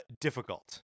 difficult